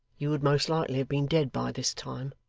you would most likely have been dead by this time,